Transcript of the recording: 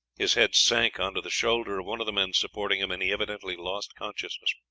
his head sank on to the shoulder of one of the men supporting him, and he evidently lost consciousness.